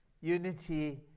unity